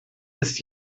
ist